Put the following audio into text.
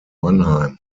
mannheim